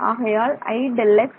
ஆகையால் iΔx